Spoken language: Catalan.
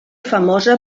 famosa